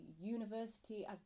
university